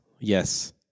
yes